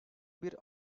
bir